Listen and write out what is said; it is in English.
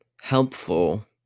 helpful